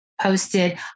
posted